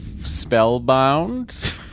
Spellbound